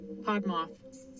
Podmoth